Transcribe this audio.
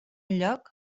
lloc